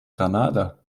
grenada